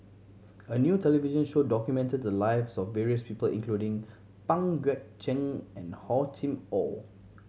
a new television show documented the lives of various people including Pang Guek Cheng and Hor Chim Or